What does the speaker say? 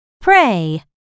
pray